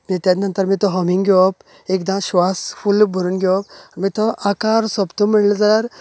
मागीर त्या नंतर तो हमींग घेवप एकदा श्वास फुल्ल भरून घेवप माई तो आकार सोंपता म्हणले जाल्यार